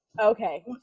Okay